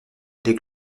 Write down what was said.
les